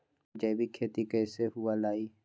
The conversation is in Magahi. जैविक खेती कैसे हुआ लाई?